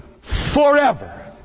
forever